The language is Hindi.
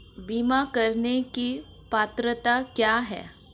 बीमा करने की पात्रता क्या है?